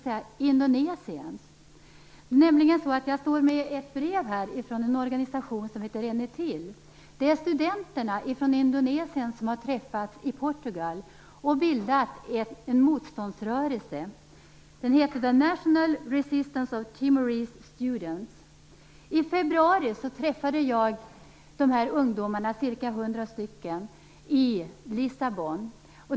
Jag står nämligen här med ett brev från en organisation som heter Renetil. Det är studenterna från Indonesien som har träffats i Portugal och bildat en motståndsrörelse. Den heter The National Resistance of Timorese Students. I februari träffade jag de här ungdomarna, ca 100 stycken, i Lissabon.